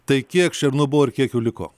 tai kiek šernų buvo ir kiek jų liko